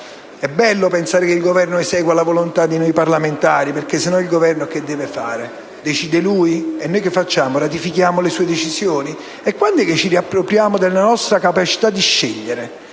È bello pensare che il Governo esegua la volontà di noi parlamentari, perché altrimenti il Governo che deve fare? Decide lui? E noi che facciamo, ratifichiamo le sue decisioni? E quand'è che ci riappropriamo della nostra capacità di scegliere?